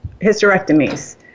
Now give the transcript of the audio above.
hysterectomies